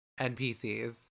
npcs